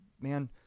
man